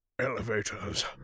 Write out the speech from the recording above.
elevators